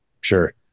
sure